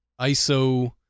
ISO